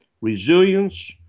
resilience